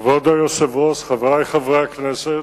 כבוד היושב-ראש, חברי חברי הכנסת,